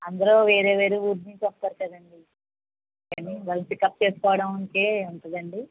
అందరూ వేరే వేరే ఊరు నుంచి వస్తారు కదండి అండ్ వాళ్ళని పికప్ చేసుకోవడం అంటే ఉంటదా అండి